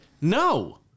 no